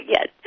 Yes